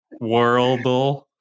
Worldle